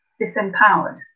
disempowered